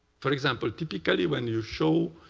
for example, typically, when you show